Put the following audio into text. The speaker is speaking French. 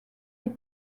est